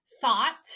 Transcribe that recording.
thought